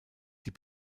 die